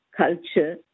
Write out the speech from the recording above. culture